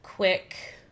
Quick